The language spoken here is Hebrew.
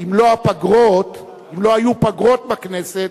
אם לא היו פגרות בכנסת,